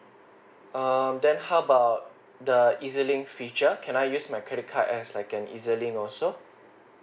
um then how about the link feature can I use my credit card as like an EZ-Link also